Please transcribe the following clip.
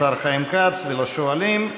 השר חיים כץ, ולשואלים.